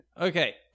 Okay